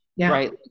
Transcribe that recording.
Right